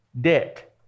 Debt